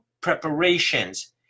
preparations